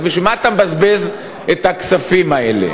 אז בשביל מה אתה מבזבז את הכספים האלה?